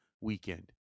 weekend